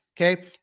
okay